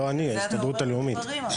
לא אני, ההסתדרות הלאומית.